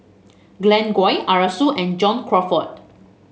Glen Goei Arasu and John Crawfurd